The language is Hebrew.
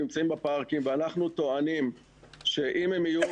נמצאים בפארקים ואנחנו טוענים שאם הם יהיו